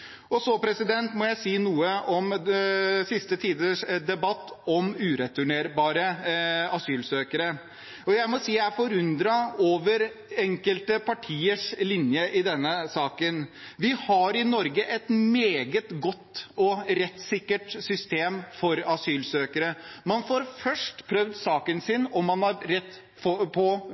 framover. Så må jeg si noe om den siste tidens debatt om ureturnerbare asylsøkere. Jeg må si at jeg er forundret over enkelte partiers linje i denne saken. Vi har i Norge et meget godt og rettssikkert system for asylsøkere. Man får først prøvd saken sin, om man har rett på